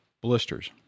blisters